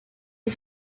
les